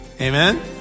Amen